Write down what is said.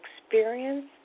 Experience